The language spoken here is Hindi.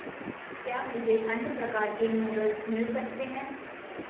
क्या मुझे अन्य प्रकार के नूडल्स मिल सकते हैं